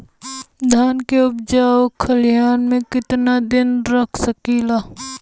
धान के उपज खलिहान मे कितना दिन रख सकि ला?